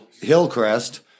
Hillcrest